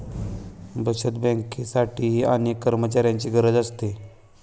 बचत बँकेसाठीही अनेक कर्मचाऱ्यांची गरज असते